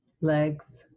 legs